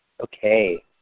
Okay